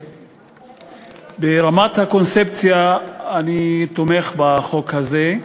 ברמת הקונספציה אני תומך בחוק הזה.